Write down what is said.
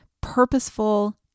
purposeful